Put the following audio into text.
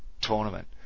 tournament